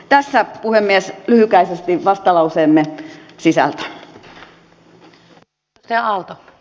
tässä puhemies lyhykäisesti vastalauseemme sisältö